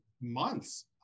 months